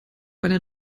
einer